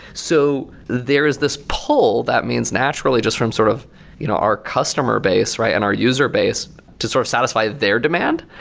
so there is this poll that means naturally just from sort of you know our customer base and our user base to sort of satisfy their demand.